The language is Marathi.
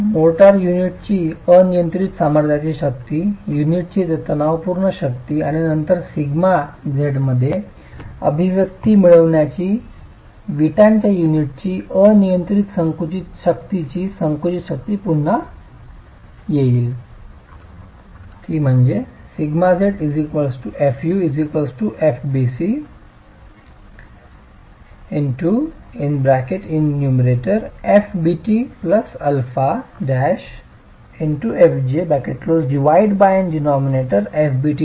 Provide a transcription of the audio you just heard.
मोर्टार युनिटची अनियंत्रित सामर्थ्यशाली शक्ती युनिटची तणावपूर्ण शक्ती आणि नंतर सिटमा झेडमध्ये अभिव्यक्ती मिळविण्यासाठी विटांच्या युनिटची अनियंत्रित संकुचित शक्तीची संकुचित शक्ती पुन्हा होईल